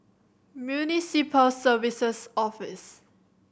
Municipal Services Office